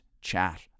chat